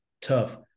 tough